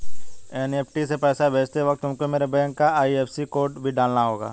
NEFT से पैसा भेजते वक्त तुमको मेरे बैंक का आई.एफ.एस.सी कोड भी डालना होगा